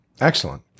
Excellent